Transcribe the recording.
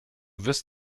wirst